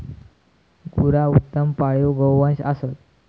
गुरा उत्तम पाळीव गोवंश असत